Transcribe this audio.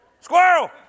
Squirrel